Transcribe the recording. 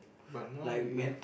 but now you you